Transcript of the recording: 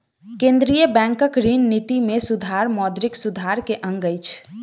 केंद्रीय बैंकक ऋण निति में सुधार मौद्रिक सुधार के अंग अछि